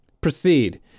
Proceed